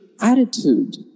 attitude